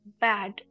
bad